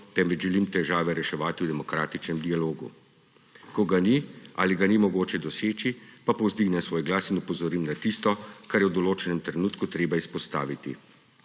temveč želim težave reševati v demokratičnem dialogu. Ko ga ni ali ga ni mogoče doseči, pa povzdignem svoj glas in opozorim na tisto, kar je v določenem trenutku treba izpostaviti.